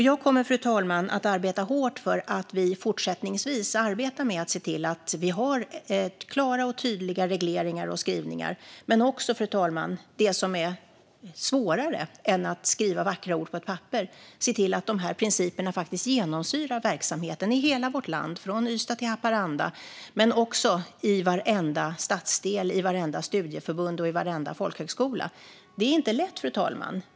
Jag kommer, fru talman, att arbeta hårt för att vi fortsättningsvis har klara och tydliga regleringar och skrivningar men också med det som är svårare än att skriva vackra ord på ett papper, nämligen att se till att dessa principer genomsyrar verksamheten i hela vårt land, från Ystad till Haparanda men också i varenda stadsdel, i vartenda studieförbund och i varenda folkhögskola. Det här är inte lätt, fru talman.